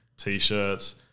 t-shirts